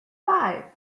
five